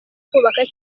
kubaka